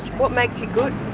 what makes you good?